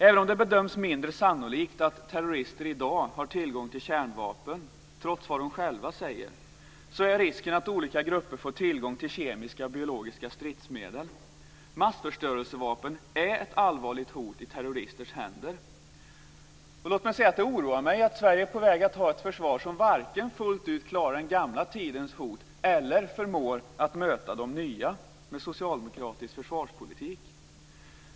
Även om det bedöms som mindre sannolikt att terrorister i dag har tillgång till kärnvapen, trots vad de själva säger, så är risken att olika grupper får tillgång till kemiska och biologiska stridsmedel. Massförstörelsevapen är ett allvarligt hot i terroristers händer. Låt mig säga att det oroar mig att Sverige är på väg att ha ett försvar som varken fullt ut klarar den gamla tidens hot eller förmår att möta de nya med socialdemokratisk försvarspolitik.